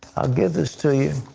give this to you.